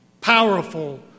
powerful